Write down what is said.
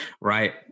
Right